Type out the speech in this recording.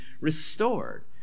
restored